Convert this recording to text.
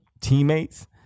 teammates